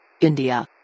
India